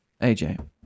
aj